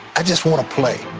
i just want to play